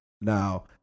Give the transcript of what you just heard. now